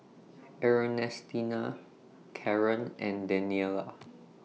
Ernestina Karen and Daniela